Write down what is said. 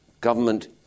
government